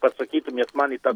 pasakytumėt man į tą